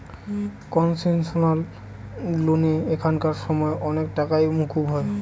concessional লোনে এখানকার সময় অনেক টাকাই মকুব হয়